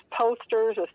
posters